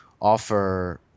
offer